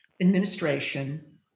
administration